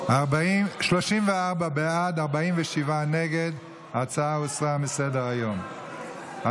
שלילת האפוטרופסות הטבעית עבור נאשמים ומורשעים בעבירות אלימות במשפחה),